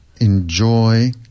enjoy